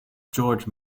george